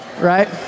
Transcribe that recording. Right